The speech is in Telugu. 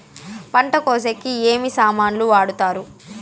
పంట కోసేకి ఏమి సామాన్లు వాడుతారు?